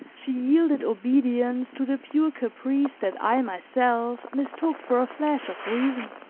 she yielded obedience to the pure caprice that i, myself, mistook for a flash of reason.